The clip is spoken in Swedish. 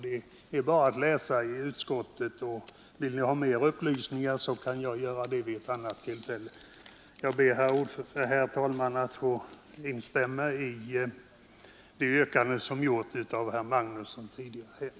Det är bara att läsa i utskottsbetänkandet, och vill ni ha fler upplysningar kan jag ge dem vid ett annat tillfälle. Jag ber, herr talman, att få instämma i det yrkande som herr Magnusson i Tanum tidigare framfört.